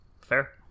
Fair